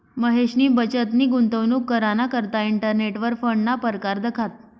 महेशनी बचतनी गुंतवणूक कराना करता इंटरनेटवर फंडना परकार दखात